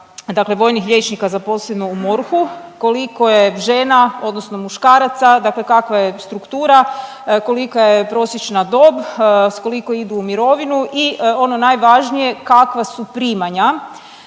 dakle vojnih liječnika zaposleno u MORH-u, koliko je žena odnosno muškaraca, dakle kakva je struktura, kolika je prosječna dob, s koliko idu u mirovinu i ono najvažnije kakva su primanja,